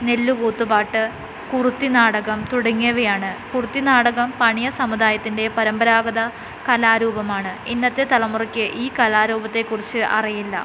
നെല്ലുകൂത്ത്പാട്ട് കുറുത്തിനാടകം തുടങ്ങിയവയാണ് കുറുത്തിനാടകം പണിയ സമുദായത്തിന്റെ പരമ്പരാഗത കലാരൂപമാണ് ഇന്നത്തെ തലമുറയ്ക്ക് ഈ കലാരൂപത്തെക്കുറിച്ച് അറിയില്ല